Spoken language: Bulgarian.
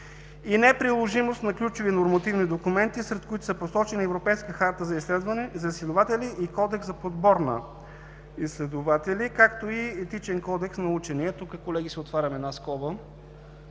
и неприложимост на ключови нормативни документи, сред които са посочени Европейска харта за изследователи и Кодекс за подбор на изследователи, както и Етичен кодекс на учения. Тук, колеги, отварям една скоба